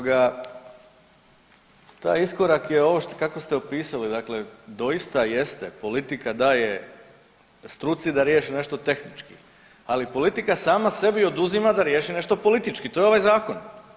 Ovoga, taj iskorak je ovo kako ste opisali, dakle doista jeste politika daje struci da riješi nešto tehnički, ali politika sama sebi oduzima da riješi nešto politički, to je ovaj zakon.